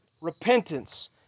repentance